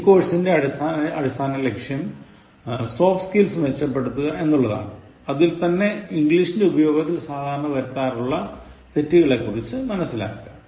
ഈ കോഴ്സിൻറെ അടിസ്ഥാന ലക്ഷ്യം സോഫ്റ്റ് സ്കിൽസ് മെച്ചപ്പെടുത്തുക എന്നതാണ് അതിൽത്തന്നെ ഇംഗ്ലീഷിന്റെ ഉപയോഗത്തിൽ സാധാരണ വരാറുള്ള തെറ്റുകളെക്കുറിച്ചു മനസിലാക്കുക